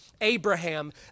Abraham